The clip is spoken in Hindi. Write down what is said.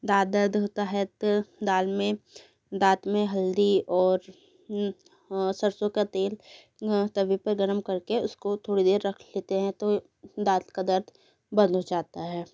दाँत दर्द होता है तो दाल में दाँत में हल्दी और सरसों का तेल तवे पर गर्म कर के उसको थोड़ी देर रख लेते हैं तो दाँत का दर्द बंद हो जाता है